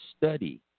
study